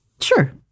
Sure